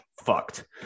fucked